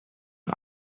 not